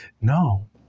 No